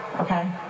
okay